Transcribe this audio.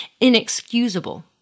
inexcusable